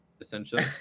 essentially